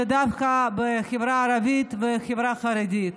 הם דווקא בחברה הערבית ובחברה החרדית,